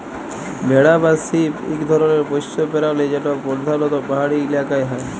ভেড়া বা শিপ ইক ধরলের পশ্য পেরালি যেট পরধালত পাহাড়ি ইলাকায় হ্যয়